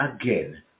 again